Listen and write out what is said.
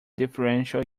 differential